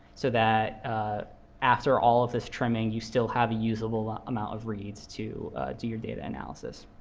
so that after all of this trimming, you still have a usable amount of reads to do your data analysis.